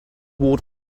walled